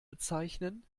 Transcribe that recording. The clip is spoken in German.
bezeichnen